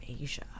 Asia